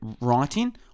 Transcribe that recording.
writing